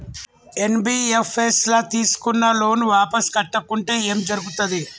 NBFS ల తీస్కున్న loan వాపస్ కట్టకుంటే ఏం జర్గుతది?